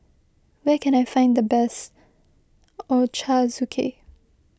where can I find the best Ochazuke